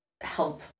help